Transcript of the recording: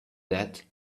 that